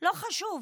לא חשוב.